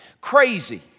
Crazy